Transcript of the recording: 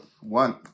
one